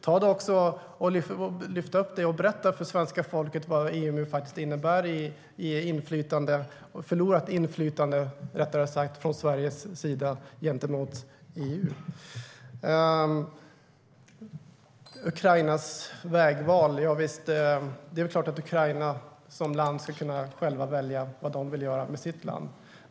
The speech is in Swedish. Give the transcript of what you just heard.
Ta upp det och berätta för svenska folket vad EMU innebär för Sveriges del i förlorat inflytande i förhållande till EU. När det gäller Ukrainas vägval är det klart att ukrainarna själva ska kunna välja vad de vill göra med sitt land.